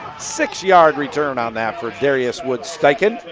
six yard return on that for darius woods-steichen.